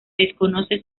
desconoce